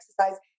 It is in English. exercise